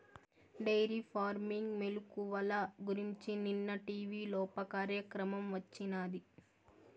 dairy farming మెలుకువల గురించి నిన్న టీవీలోప కార్యక్రమం వచ్చినాది